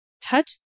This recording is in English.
touch